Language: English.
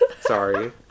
Sorry